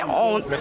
on